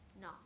No